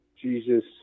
Jesus